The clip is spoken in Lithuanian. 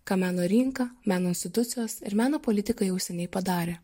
ką meno rinka meno institucijos ir meno politika jau seniai padarė